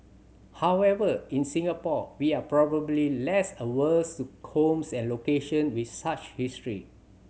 however in Singapore we are probably less averse to homes and location with such history